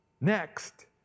Next